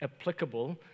applicable